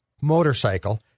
motorcycle